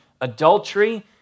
adultery